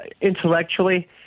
intellectually